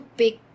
pick